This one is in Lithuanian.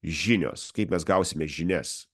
žinios kaip mes gausime žinias